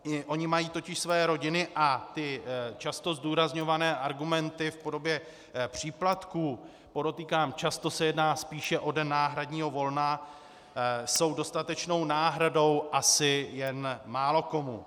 I oni mají totiž své rodiny a ty často zdůrazňované argumenty v podobě příplatků, podotýkám často se jedná spíše o den náhradního volna, jsou dostatečnou náhradou asi jen málokomu.